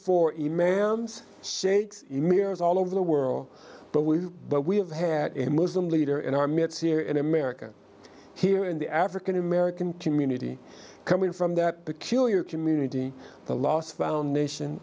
emirs all over the world but we but we have had a muslim leader in our midst here in america here in the african american community coming from that peculiar community the last found nation